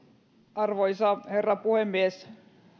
arvoisa herra puhemies